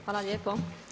Hvala lijepo.